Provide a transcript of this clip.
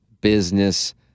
business